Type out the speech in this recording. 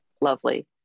lovely